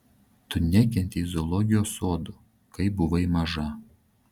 tu nekentei zoologijos sodų kai buvai maža